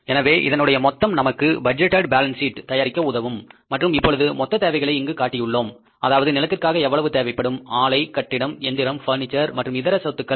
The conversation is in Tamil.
எனவே இதனுடைய மொத்தம் நமக்கு பட்ஜெட்டேட் பேலன்ஸ் ஷீட் தயாரிக்க உதவும் மற்றும் இப்பொழுது மொத்த தேவைகளை இங்கு காட்டியுள்ளோம் அதாவது நிலத்திற்காக எவ்வளவு தேவைப்படும் ஆலை கட்டிடம் எந்திரம் பர்னிச்சர் மற்றும் இதர நிலை சொத்துக்கள்